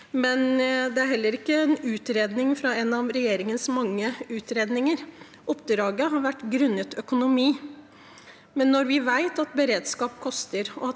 Det kommer heller ikke fra en av regjeringens mange utredninger. Oppdraget har vært grunnet økonomi. Når vi vet at beredskap koster,